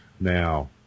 Now